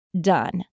done